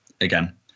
again